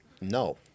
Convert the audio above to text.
No